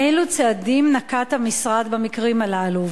אילו צעדים נקט המשרד במקרים הללו?